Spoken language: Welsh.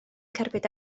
cerbyd